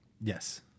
Yes